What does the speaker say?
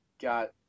got